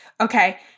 Okay